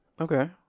Okay